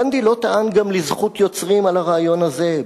גנדי לא טען לזכות יוצרים גם על הרעיון הזה.